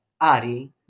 Ari